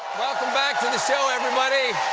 welcome back to the show, everybody.